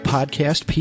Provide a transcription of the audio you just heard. Podcast